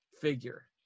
figure